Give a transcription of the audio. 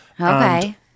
Okay